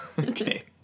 okay